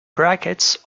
brackets